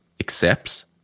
accepts